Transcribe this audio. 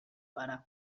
pare